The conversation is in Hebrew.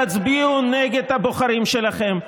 תצביעו נגד הבוחרים שלכם,